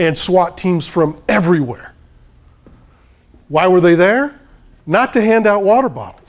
and swat teams from everywhere why were they there not to hand out water b